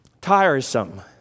tiresome